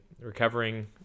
recovering